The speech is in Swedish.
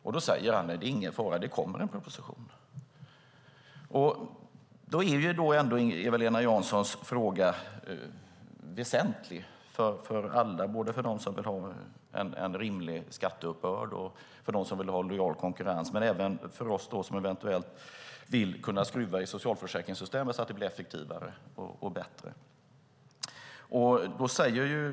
Då sade han: Det är ingen fara, det kommer en proposition. Därför är Eva-Lena Janssons fråga väsentlig både för dem som vill ha en rimlig skatteuppbörd och för dem som vill ha lojal konkurrens. Det är viktigt även för oss som vill kunna ändra i socialförsäkringssystemet så att det blir bättre och effektivare.